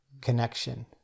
connection